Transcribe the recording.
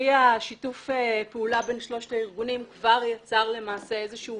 פרי שיתוף הפעולה בין שלושת הארגונים כבר יצר למעשה איזשהו